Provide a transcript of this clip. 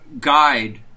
guide